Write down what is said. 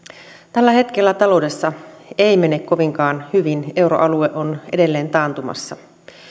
tällä hetkellä taloudessa ei mene kovinkaan hyvin euroalue on edelleen taantumassa